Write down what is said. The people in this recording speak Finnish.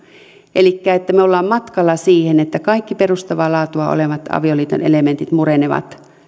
elikkä me olemme matkalla siihen että kaikki perustavaa laatua olevat avioliiton elementit murenevat